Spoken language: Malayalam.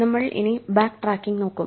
നമ്മൾ ഇനി ബാക്ക്ട്രാക്കിംഗ് നോക്കും